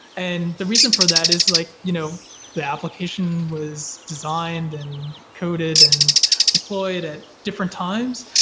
and the reason for that is like you know the application was designed and coded and deployed at different times,